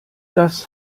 das